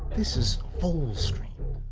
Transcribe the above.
this is full screen.